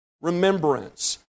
remembrance